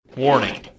Warning